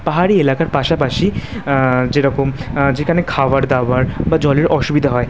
পাহাড়ি এলাকার পাশাপাশি যেরকম যেখানে খাবার দাবার বা জলের অসুবিধা হয়